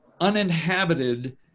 uninhabited